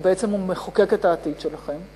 או בעצם הוא מחוקק את העתיד שלכם.